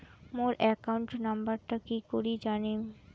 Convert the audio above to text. মোর account নাম্বারটা কি করি জানিম?